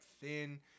thin